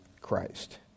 Christ